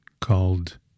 called